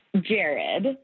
Jared